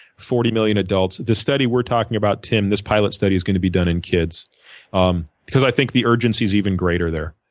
forty million adults. the study we're talking about, tim, this pilot study, is gonna be done in kids um because i think the urgency's even even greater there.